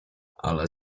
ale